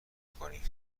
بکنی